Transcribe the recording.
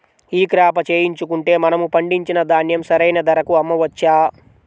ఈ క్రాప చేయించుకుంటే మనము పండించిన ధాన్యం సరైన ధరకు అమ్మవచ్చా?